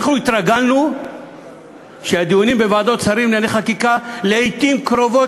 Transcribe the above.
אנחנו התרגלנו שהדיונים בוועדות שרים לענייני חקיקה לעתים קרובות,